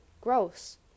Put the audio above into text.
Gross